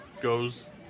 goes